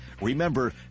Remember